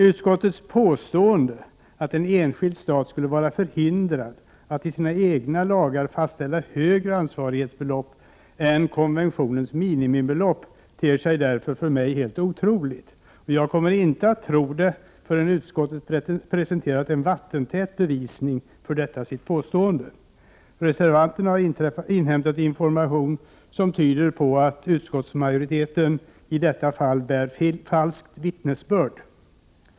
Utskottets påstående att en enskild stat skulle vara | förhindrad att i sina egna lagar fastställa högre ansvarighetsbelopp än | konventionens minimibelopp ter sig därför för mig helt otroligt. Jag kommer inte att tro på detta förrän utskottet presenterat en vattentät bevisning för sitt påstående. Reservanterna har inhämtat information som tyder på att utskottsmajoriteten i detta fall bär falskt vittnesbörd.